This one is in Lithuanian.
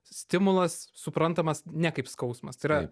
stimulas suprantamas ne kaip skausmas tai yra